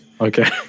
Okay